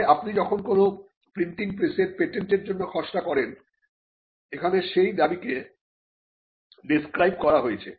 তবে আপনি যখন কোন প্রিন্টিং প্রেসের পেটেন্ট এর জন্য খসড়া করেন এখানে সেই দাবিকে ডেস্ক্রাইব করা হয়েছে